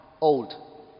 old